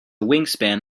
wingspan